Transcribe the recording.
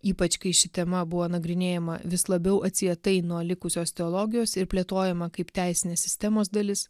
ypač kai ši tema buvo nagrinėjama vis labiau atsietai nuo likusios teologijos ir plėtojama kaip teisinės sistemos dalis